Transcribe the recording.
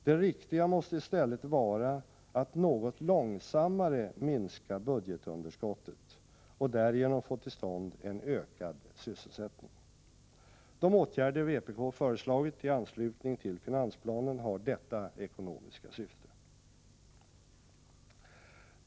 Det riktiga måste i stället vara att något långsammare minska budgetunderskottet och därigenom få till stånd en ökad syssselsättning. De åtgärder vpk föreslagit i anslutning till finansplanen har detta ekonomiska syfte.